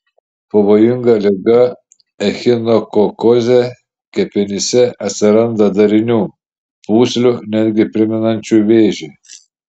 pavojinga liga echinokokozė kepenyse atsiranda darinių pūslių netgi primenančių vėžį